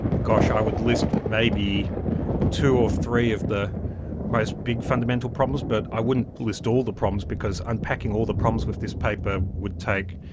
gosh, i would list maybe two or three of the most big fundamental problems, but i wouldn't list all the problems, because unpacking all the problems with this paper would take,